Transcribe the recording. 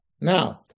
now